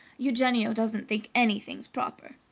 eugenio doesn't think anything's proper.